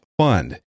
Fund